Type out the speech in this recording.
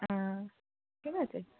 ঠিক আছে